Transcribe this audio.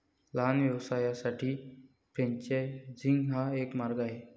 लहान व्यवसायांसाठी फ्रेंचायझिंग हा एक मार्ग आहे